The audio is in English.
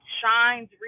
shines